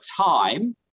time